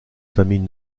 famille